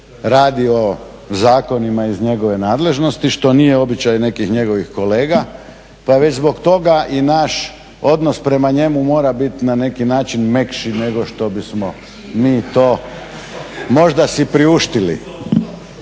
radi o zakonima iz njegove nadležnosti što nije običaj nekih njegovim kolega. Pa već zbog toga i naš odnos prema njemu mora biti na neki način mekši nego što bismo mi to možda si priuštili.